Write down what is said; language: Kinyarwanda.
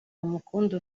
bamukunda